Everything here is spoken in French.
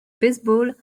baseball